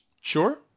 Sure